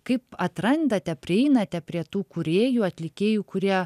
kaip atrandate prieinate prie tų kūrėjų atlikėjų kurie